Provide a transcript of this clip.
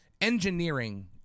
engineering